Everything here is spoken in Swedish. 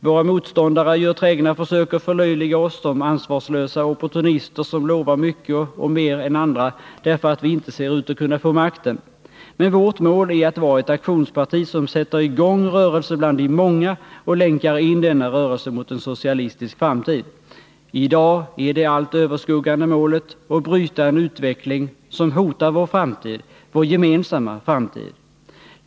Våra motståndare gör trägna försök att förlöjliga oss genom att framställa oss som ansvarslösa opportunister som lovar mycket och mer än andra därför att det inte ser ut som om vi skulle kunna få makten. Men vårt mål är att vara ett aktionsparti, som sätter i gång en rörelse bland de många och länkar in denna rörelse mot en socialistisk framtid. I dag är det allt överskuggande målet att bryta en utveckling som hotar vår framtid — vår gemensamma framtid.